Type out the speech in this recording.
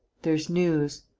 there's news.